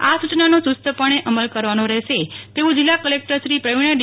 આ સૂચનાનો ચુસ્તપણે અમલ કરવાનો રહેશે તેવું જિલ્લા કલેકટરશ્રી પ્રવિણા ડી